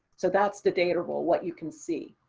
so that's the data role, what you can see.